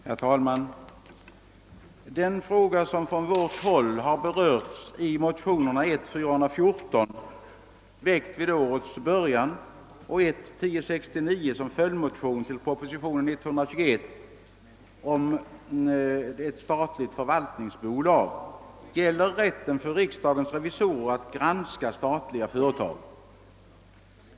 Herr talman! Den fråga som från folkpartihåll tagits upp i motion I: 414, väckt vid riksdagens början, och i motion 1: 1069, väckt i anledning av proposition nr 121 om ett statligt förvaltningsbolag m.m., gäller rätten för riksdagens revisorer att granska statliga företag.